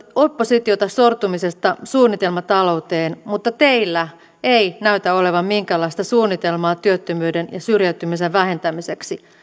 oppositiota sortumisesta suunnitelmatalouteen mutta teillä ei näytä olevan minkäänlaista suunnitelmaa työttömyyden ja syrjäytymisen vähentämiseksi